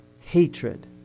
hatred